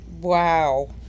Wow